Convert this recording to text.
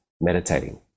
meditating